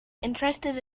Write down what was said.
interested